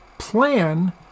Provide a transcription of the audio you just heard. plan